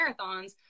marathons